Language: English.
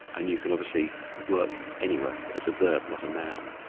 and you can obviously work anywhere, it's a verb not a noun.